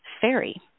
fairy